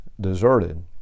deserted